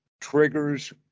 triggers